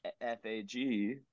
F-A-G